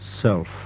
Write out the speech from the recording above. self